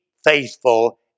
faithful